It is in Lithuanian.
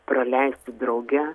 praleisti drauge